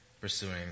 pursuing